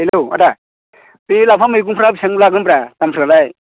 hello आदा बे लाफा मैगंफ्रा बेसेबां लागोनब्रा दामफ्रालाय